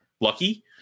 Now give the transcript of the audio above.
lucky